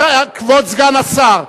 כבוד סגן השר.